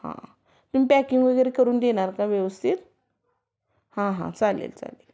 हां तुम्ही पॅकिंग वगैरे करून देणार का व्यवस्थित हां हां चालेल चालेल